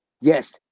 Yes